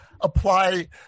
apply